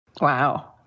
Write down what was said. Wow